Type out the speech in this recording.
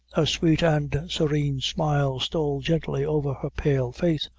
a sweet and serene smile stole gently over her pale face,